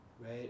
right